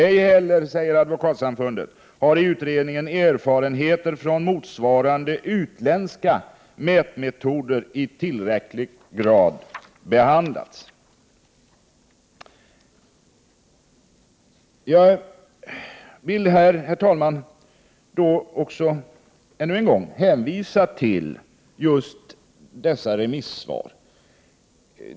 Ej heller har i utredningen erfarenheter från motsvarande utländska mätmetoder i tillräcklig grad behandlats.” Jag vill, herr talman, än en gång hänvisa till just dessa remissvar.